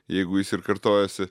jeigu jis ir kartojasi